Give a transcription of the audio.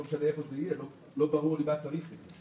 לא משנה איפה זה יהיה אבל לא ברור למה צריך את זה.